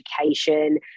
education